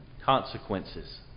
consequences